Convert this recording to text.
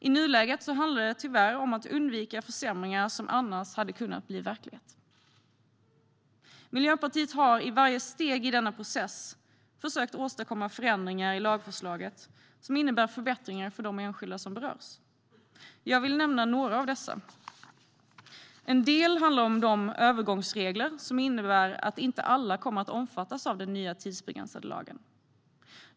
I nuläget handlar det tyvärr om att undvika försämringar som annars hade kunnat bli verklighet. Miljöpartiet har i varje steg i denna process försökt åstadkomma förändringar i lagförslaget som innebär förbättringar för de enskilda som berörs. Jag vill nämna några av dessa. En del handlar om de övergångsregler som innebär att alla inte kommer att omfattas av den nya tidsbegränsade lagen.